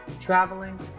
traveling